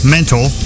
Mental